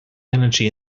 energy